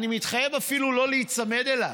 אני מתחייב אפילו לא להיצמד אליו.